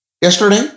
yesterday